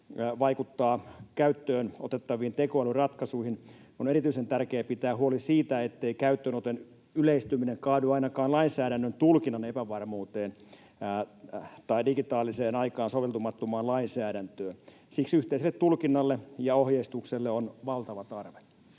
vaikuttavat käyttöön otettaviin tekoälyratkaisuihin. On erityisen tärkeää pitää huoli siitä, ettei käyttöönoton yleistyminen kaadu ainakaan lainsäädännön tulkinnan epävarmuuteen tai digitaaliseen aikaan soveltumattomaan lainsäädäntöön. Siksi yhteiselle tulkinnalle ja ohjeistukselle on valtava tarve.